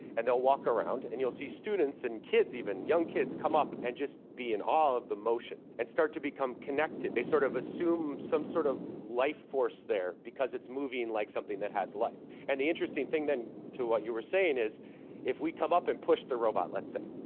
and they will walk around. and you will see students and kids even, young kids, come up and just be in awe of the motion and start to become connected, they sort of assume some sort of life force there because it's moving like something that has life. and the interesting thing then to what you were saying is if we come up and push the robot, let's say,